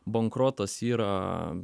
bankrotas yra